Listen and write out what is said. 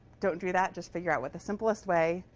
don't do that. just figure out what the simplest way,